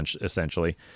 essentially